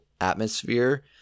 atmosphere